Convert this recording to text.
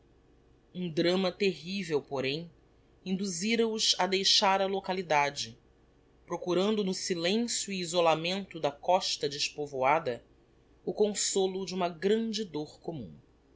um drama terrivel porém induzira os a deixar a localidade procurando no silencio e isolamento da costa despovoada o consolo de uma grande dôr commum